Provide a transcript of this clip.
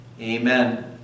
Amen